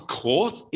court